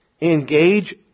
engage